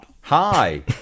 Hi